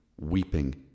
weeping